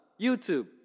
YouTube